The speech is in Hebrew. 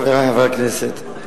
חברי חברי הכנסת,